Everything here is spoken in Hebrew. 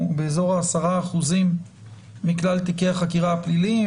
הוא באזור ה-10% מכלל תיקי החקירה הפליליים,